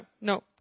no